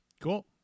Cool